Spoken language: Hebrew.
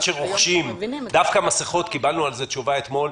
שרוכשים דווקא על מסכות קיבלנו תשובה אתמול,